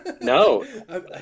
no